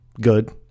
good